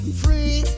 free